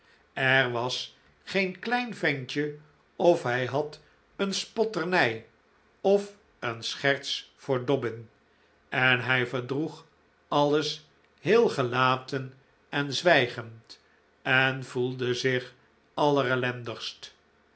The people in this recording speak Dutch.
er was geen klein ventje of hij had een spotternij of een scherts voor dobbin en hij verdroeg alles heel gelaten en zwijgend en voelde zich